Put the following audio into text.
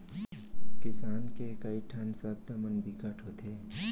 किसान के कइ ठन सब्द मन बिकट होथे